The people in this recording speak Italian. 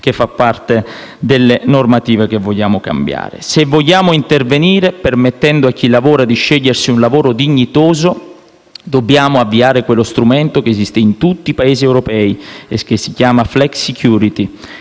che fa parte delle normative che vogliamo cambiare. Se vogliamo intervenire, permettendo a chi lavora di scegliersi un lavoro dignitoso, dobbiamo porre in essere uno strumento che esiste in tutti i Paesi europei, la *flexicurity*,